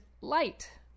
light